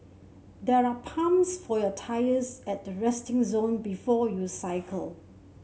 there are pumps for your tyres at the resting zone before you cycle